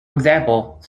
example